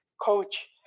coach